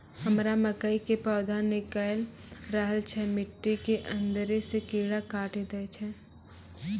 हमरा मकई के पौधा निकैल रहल छै मिट्टी के अंदरे से कीड़ा काटी दै छै?